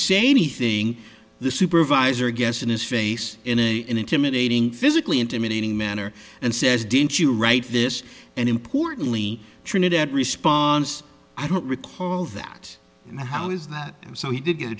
say anything the supervisor gessen his face in a intimidating physically intimidating manner and says didn't you write this and importantly trinidad response i don't recall that and how is that so he did get a